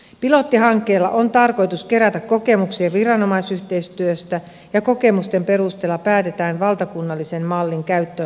pilottihankkeella on tarkoitus kerätä kokemuksia viranomaisyhteistyöstä ja kokemusten perusteella päätetään valtakunnallisen mallin käyttöönotosta